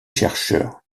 chercheurs